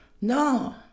No